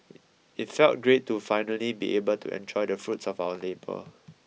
it felt great to finally be able to enjoy the fruits of our labour